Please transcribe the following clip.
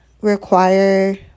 require